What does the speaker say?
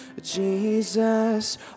Jesus